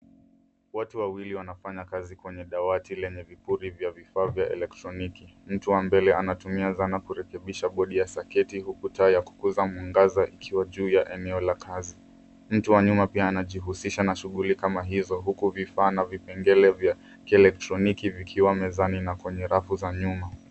Watu wawili wanafanya kazi kwenye dawati lenye vipuri vya vifaa vya elektroniki. Mtu wa mbele anatumia zana kurekebisha bodi saketi huku taa ya kukuza mwangaza ikiwa juu ya eneo la kazi. Mtu wa nyuma pia anajihusisha na shughuli kama hizo huku vifaa na vipengele vya kelektroniki vikiwa mezani na kwenye rafu za nyuma.